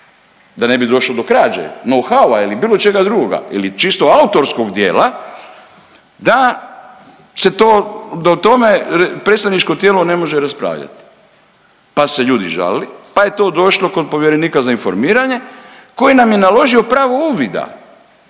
da ne bi došlo do krađe …/Govornik se ne razumije/…ili bilo čega drugoga ili čisto autorskog dijela, da se to, da o tome predstavničko tijelo ne može raspravljati, pa su se ljudi žalili, pa je to došlo kod povjerenika za informiranje koji nam je naložio pravo uvida,